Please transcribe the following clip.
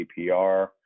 APR